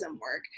work